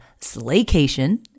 Slaycation